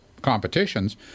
competitions